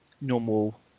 normal